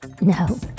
No